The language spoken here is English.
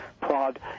prod